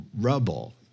rubble